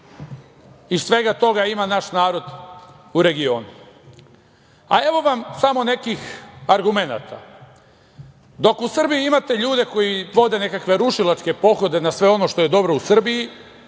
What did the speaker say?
iz svega toga ima naš narod u regionu. Evo vam samo nekih argumenata. Dok u Srbiji imate ljude koji vode nekakve rušilačke pohode na sve ono što je dobro u Srbiji,